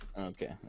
Okay